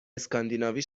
اسکاندیناوی